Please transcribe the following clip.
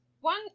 one